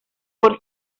por